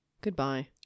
Goodbye